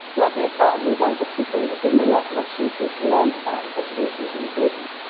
working as part of the design system team has given me lots of opportunities to learn about accessibility and inclusion.